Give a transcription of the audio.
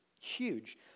huge